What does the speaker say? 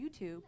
YouTube